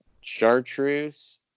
chartreuse